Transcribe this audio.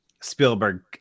Spielberg